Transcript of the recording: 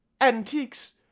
antiques